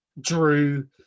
Drew